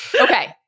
Okay